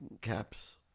caps